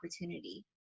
opportunity